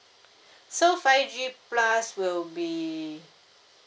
so five G plus will be